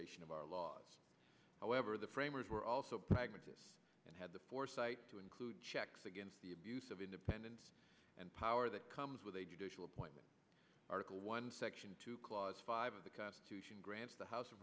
ration of our laws however the framers were also pragmatists and had the foresight to include checks against the abuse of independence and power that comes with a judicial appointment article one section two clause five of the constitution grants the house of